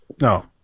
No